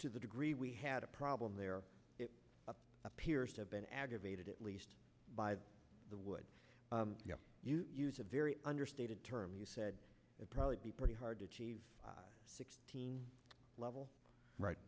to the degree we had a problem there it appears to have been aggravated at least by the would you use a very understated term you said it probably be pretty hard to achieve sixteen level right